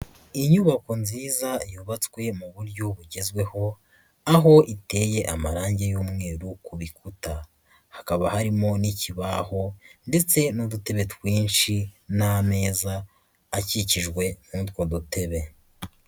Inyubako nziza yubatswe mu buryo bugezweho, aho iteye amarangi y'umweru ku bikuta. Hakaba harimo n'ikibaho ndetse n'udutebe twinshi n'ameza akikijwe n'utwo dutebe.